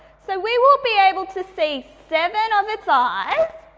so we will be able to see seven of its eyes,